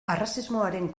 arrazismoaren